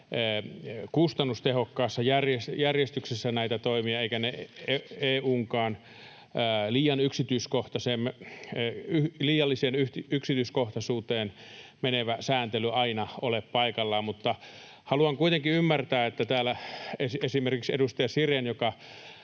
kustannustehokkaassa järjestyksessä näitä toimia, eikä se EU:n liialliseen yksityiskohtaisuuteen menevä sääntelykään aina ole paikallaan. Mutta haluan kuitenkin ymmärtää täällä esimerkiksi edustaja Siréniä,